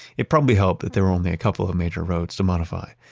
it probably helped that there were only a couple of major roads to modify.